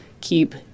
keep